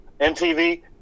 MTV